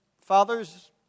fathers